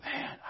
man